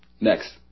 Next